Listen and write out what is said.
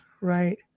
right